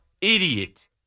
Idiot